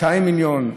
200 מיליון,